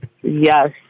Yes